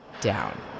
down